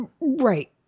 right